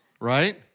Right